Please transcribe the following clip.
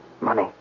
Money